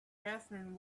catherine